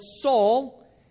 Saul